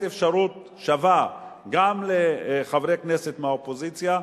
אפשרות שווה גם לחברי כנסת מהאופוזיציה,